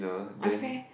my friend